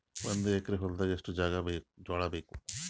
ಒಂದು ಎಕರ ಹೊಲದಾಗ ಎಷ್ಟು ಜೋಳಾಬೇಕು?